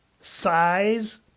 size